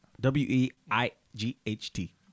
w-e-i-g-h-t